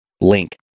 link